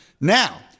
Now